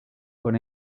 con